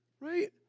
Right